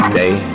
day